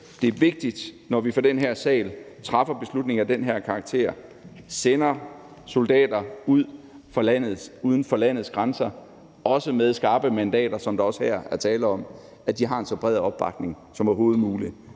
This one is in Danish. Det er vigtigt, når vi i den her sal træffer beslutninger af den her karakter, sender soldater uden for landets grænser også med skarpe mandater, som der også er tale om her, at de har så bred en opbakning som overhovedet muligt.